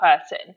person